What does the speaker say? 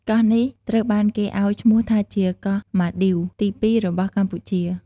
កោះនេះត្រូវបានគេឲ្យឈ្មោះថាជាកោះម៉ាឌីវទី ២ របស់កម្ពុជា។